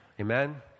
Amen